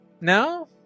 No